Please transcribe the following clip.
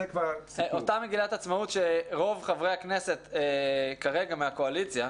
אותה מגילת עצמאות שרוב חברי הכנסת כרגע מהקואליציה,